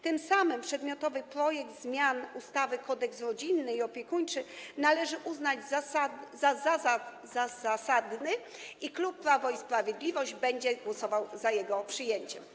Tym samym przedmiotowy projekt zmian ustawy Kodeks rodzinny i opiekuńczy należy uznać za zasadny i klub Prawo i Sprawiedliwość będzie głosował za jego przyjęciem.